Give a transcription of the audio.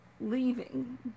leaving